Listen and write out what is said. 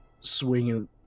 swinging